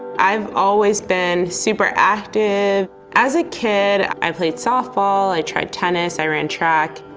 i've always been super active. as a kid i played softball, i tried tennis, i ran track.